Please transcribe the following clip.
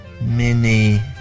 Mini